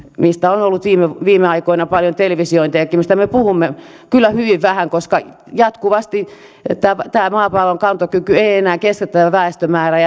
mistä on ollut viime viime aikoina paljon televisiointejakin ja mistä me puhumme kyllä hyvin vähän koska jatkuvasti tämä maapallon kantokyky ei enää kestä tätä väestömäärää